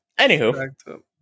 Anywho